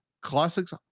Classics